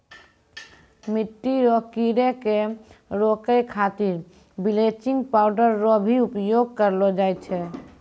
मिट्टी रो कीड़े के रोकै खातीर बिलेचिंग पाउडर रो भी उपयोग करलो जाय छै